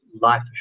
life